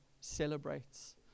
celebrates